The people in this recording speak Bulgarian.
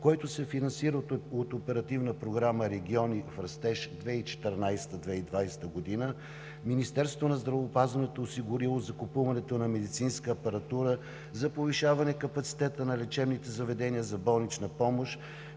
който се финансира от Оперативна програма „Региони в растеж 2014 – 2020 г.“, Министерството на здравеопазването е осигурило закупуването на медицинска апаратура за повишаване капацитета на лечебните заведения за болнична помощ,